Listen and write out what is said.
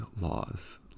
laws